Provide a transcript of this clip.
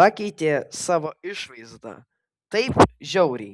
pakeitė savo išvaizdą taip žiauriai